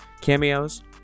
cameos